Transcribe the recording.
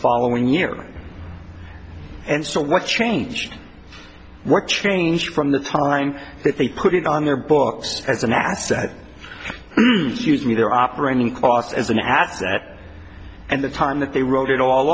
following year and so what changed what changed from the time that they put it on their books as an asset to use me their operating costs as an asset and the time that they wrote it all